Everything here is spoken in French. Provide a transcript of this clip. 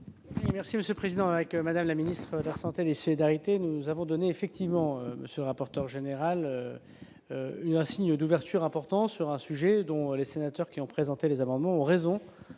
Merci monsieur le président, avec Madame la ministre de la Santé, d'essayer d'arrêter, nous avons donné effectivement Monsieur rapporteur général, il y a un signe d'ouverture important sur un sujet dont les sénateurs qui ont présenté des amendements ont raison